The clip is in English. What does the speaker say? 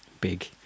big